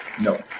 No